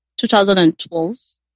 2012